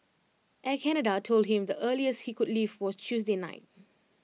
Air Canada told him the earliest he could leave was Tuesday night